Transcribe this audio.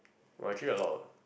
!wah! actually a lot